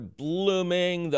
blooming